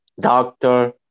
doctor